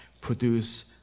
produce